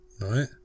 right